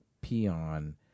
peon